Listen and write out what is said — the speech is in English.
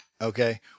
Okay